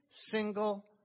single